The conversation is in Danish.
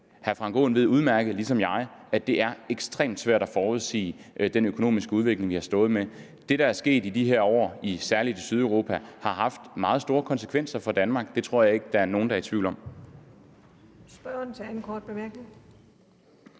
Hr. Frank Aaen ved udmærket ligesom mig, at det er ekstremt svært at forudsige den økonomiske udvikling, vi har stået med. Det, der er sket i de her år, særlig i Sydeuropa, har haft meget store konsekvenser for Danmark. Det tror jeg ikke der er nogen der er i tvivl om.